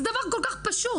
זה דבר כל כך פשוט,